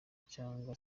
cyangwa